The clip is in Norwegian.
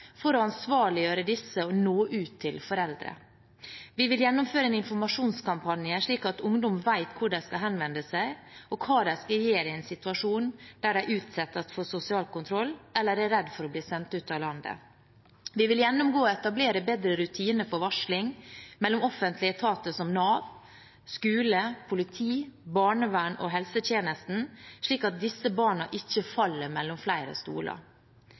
for å ansvarliggjøre disse og nå ut til foreldre. Vi vil gjennomføre en informasjonskampanje slik at ungdom vet hvor de skal henvende seg, og hva de skal gjøre i en situasjon der de utsettes for sosial kontroll eller er redd for å bli sendt ut av landet. Vi vil gjennomgå og etablere bedre rutiner for varsling mellom offentlige etater som Nav, skole, politi, barnevern og helsetjeneste, slik at disse barna ikke faller mellom flere stoler.